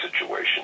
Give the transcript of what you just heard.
situation